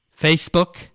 Facebook